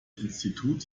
institut